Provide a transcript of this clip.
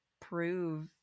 prove